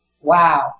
Wow